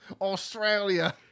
Australia